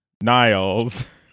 Niles